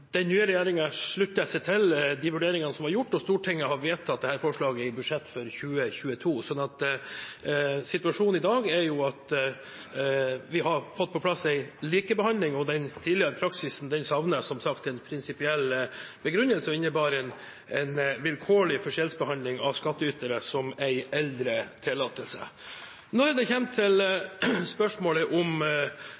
Den nye regjeringen slutter seg til de vurderingene som var gjort, og Stortinget har vedtatt dette forslaget i forbindelse med budsjettet for 2022. Så situasjonen i dag er at vi har fått på plass en likebehandling. Den tidligere praksisen savnet som sagt en prinsipiell begrunnelse og innebar en vilkårlig forskjellsbehandling av skatteytere som eier eldre tillatelser. Når det